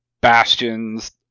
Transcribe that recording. bastion's